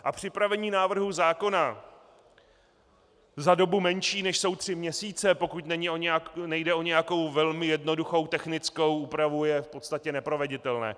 A připravení návrhu zákona za dobu menší než jsou tři měsíce, pokud nejde o nějakou velmi jednoduchou technickou úpravu, je v podstatě neproveditelné.